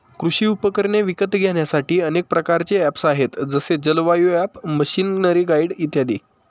कृषी उपकरणे विकत घेण्यासाठी अनेक प्रकारचे ऍप्स आहेत जसे जलवायु ॲप, मशीनरीगाईड इत्यादी